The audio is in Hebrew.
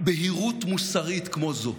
בהירות מוסרית כמו זו.